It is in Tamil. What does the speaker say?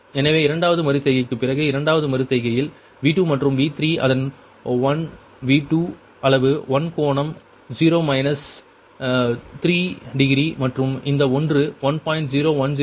எனவே இரண்டாவது மறு செய்கைக்குப் பிறகு இரண்டாவது மறு செய்கையில் V2 மற்றும் V3 அதன் 1 V2 அளவு 1 கோணம் 0 மைனஸ் 3 டிகிரி மற்றும் இந்த ஒன்று 1